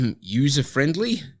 user-friendly